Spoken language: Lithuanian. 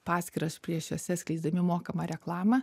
paskyras prieš jose skleisdami mokamą reklamą